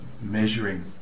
measuring